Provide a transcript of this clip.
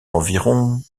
environ